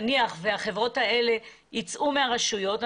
ייצאו מהרשויות,